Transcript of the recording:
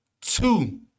two